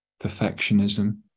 perfectionism